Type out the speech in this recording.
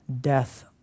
death